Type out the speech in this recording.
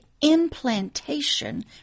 implantation